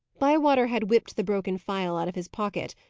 bywater had whipped the broken phial out of his pocket,